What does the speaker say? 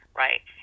right